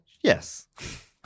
Yes